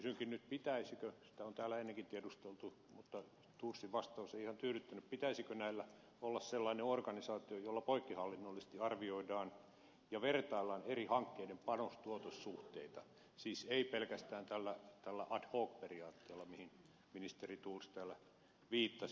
kysynkin nyt sitä on täällä ennenkin tiedusteltu mutta thorsin vastaus ei ihan tyydyttänyt pitäisikö näillä olla sellainen organisaatio jolla poikkihallinnollisesti arvioidaan ja vertaillaan eri hankkeiden panostuotos suhteita siis ei pelkästään tällä ad hoc periaatteella mihin ministeri thors täällä viittasi